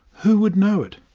who would know it?